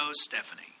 Stephanie